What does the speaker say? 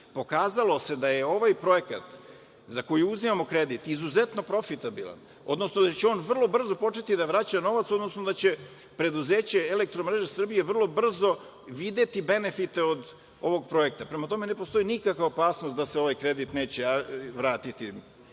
pokazalo da je ovaj projekat za koji uzimamo kredit izuzetno profitabilan, odnosno da će on vrlo brzo početi da vraća novac, odnosno da će preduzeće EMS vrlo brzo videti benefite od ovog projekta. Prema tome, ne postoji nikakva opasnost da se ovaj kredit neće vratiti.